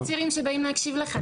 יש צעירים שבאים להקשיב לך.